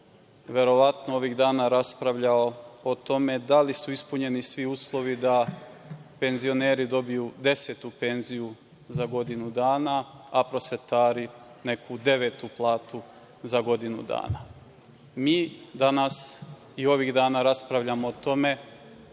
verovatno ovih dana raspravljao o tome da li su ispunjeni svi uslovi da penzioneri dobiju desetu penziju za godinu dana, a prosvetari neku devetu platu za godinu dana. Mi danas i ovih dana raspravljamo o tome